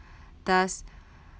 thus